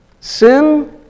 Sin